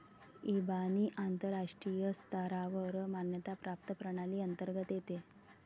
इबानी आंतरराष्ट्रीय स्तरावर मान्यता प्राप्त प्रणाली अंतर्गत येते